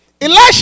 Elijah